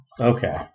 Okay